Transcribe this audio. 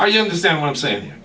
are you understand what i'm saying